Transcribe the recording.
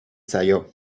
zaio